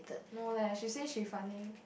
no leh she say she finding